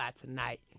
tonight